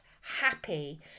happy